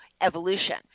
evolution